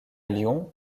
lyon